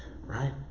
right